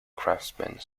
craftsmen